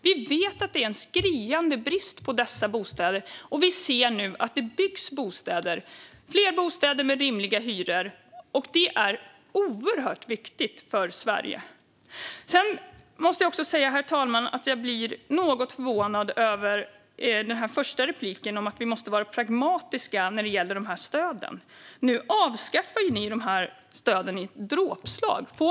Vi vet att det är en skriande brist på bostäder, och vi ser nu att det byggs fler bostäder med rimliga hyror. Detta är oerhört viktigt för Sverige. Herr talman! Jag måste säga att jag blir något förvånad över den första repliken - att vi måste vara pragmatiska när det gäller stöden. Nu avskaffar ni ju dessa stöd med ett dråpslag, Ola Johansson.